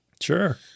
sure